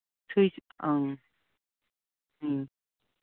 ꯁꯨꯏ ꯑꯪ ꯎꯝ